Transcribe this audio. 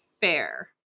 fair